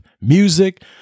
music